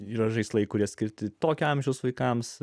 yra žaislai kurie skirti tokio amžiaus vaikams